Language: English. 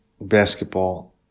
basketball